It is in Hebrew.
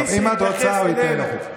בולדוג, אם את רוצה, הוא ייתן לך את זה.